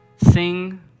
Sing